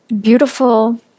beautiful